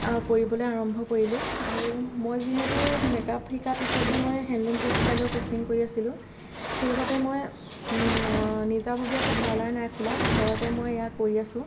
কৰিবলৈ আৰম্ভ কৰিলো আৰু মই যিহেতু মেকআপ শিকা পিছতে মই হেণ্ডলোম টেক্সটাইলৰ কচিং কৰি আছিলো সেইবাবে মই নিজাববীয়াকৈ পাৰ্লাৰ নাই খোলা ঘৰতে মই এইয়া কৰি আছোঁ